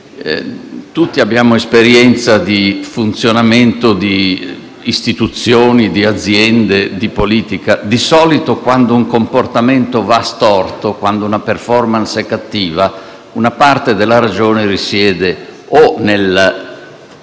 Tutti abbiamo esperienza di funzionamento di istituzioni, di aziende e di politica. Di solito, quando un comportamento va storto, quando una *performance* è cattiva una parte della ragione risiede nella